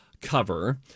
cover